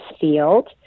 field